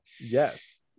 Yes